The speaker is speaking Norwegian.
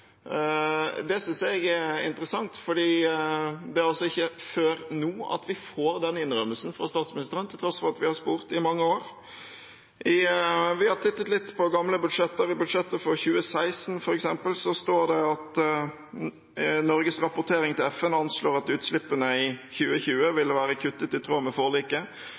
Det synes jeg er interessant, for det er ikke før nå vi får den innrømmelsen fra statsministeren, til tross for at vi har spurt i mange år. Vi har tittet litt på gamle budsjetter, og i budsjettet for 2016, f.eks., står det at Norges rapportering til FN anslår at utslippene i 2020 vil være kuttet i tråd med forliket.